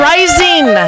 Rising